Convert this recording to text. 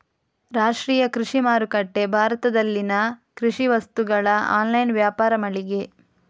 ರಾಷ್ಟ್ರೀಯ ಕೃಷಿ ಮಾರುಕಟ್ಟೆ ಭಾರತದಲ್ಲಿನ ಕೃಷಿ ವಸ್ತುಗಳ ಆನ್ಲೈನ್ ವ್ಯಾಪಾರ ಮಳಿಗೆ